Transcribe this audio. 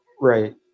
Right